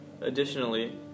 Additionally